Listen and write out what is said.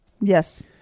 yes